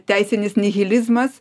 teisinis nihilizmas